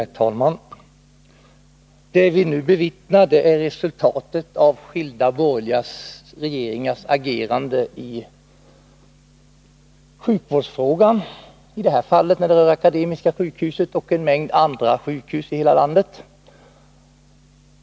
Herr talman! Det vi nu bevittnar är resultatet av skilda borgerliga regeringars agerande i sjukvårdsfrågan, i det här fallet rörande Akademiska sjukhuset i Uppsala men också en mängd andra sjukhus i hela landet.